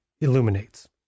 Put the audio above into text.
illuminates